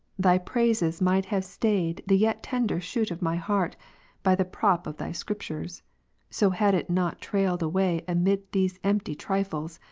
thy praises might have stayed the yet tender shoot of my heart by the prop of thy scriptures so had it not trailed away amid these empty trifles,